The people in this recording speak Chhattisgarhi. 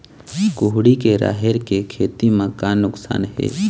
कुहड़ी के राहेर के खेती म का नुकसान हे?